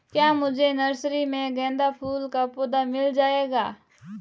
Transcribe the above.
क्या मुझे नर्सरी में गेंदा फूल का पौधा मिल जायेगा?